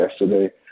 yesterday